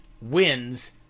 wins